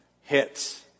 hits